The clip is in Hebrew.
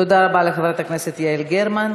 תודה רבה לחברת הכנסת יעל גרמן.